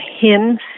hymns